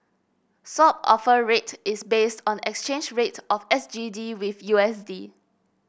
Swap Offer Rate is based on the exchange rate of S G D with U S D